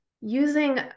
using